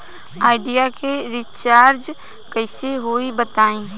Idea के recharge कइसे होई बताईं?